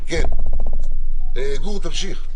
גור, תמשיך.